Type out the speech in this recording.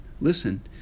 listen